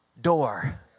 door